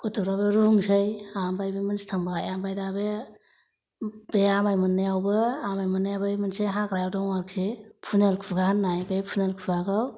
गन्थंफोराबो रुंनोसै ओमफ्राय मोनसे थांबाय ओमफ्राय दा बे आमाय मोननायावबो आमाय मोननायाबो मोनसे हाग्रायाव दं आरोखि फोनेल खुगा होननाय बे फोनेल खुगाखौ